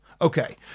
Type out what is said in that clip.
Okay